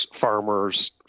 farmers